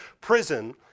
prison